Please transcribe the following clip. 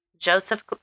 Joseph